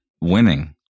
winning